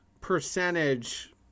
percentage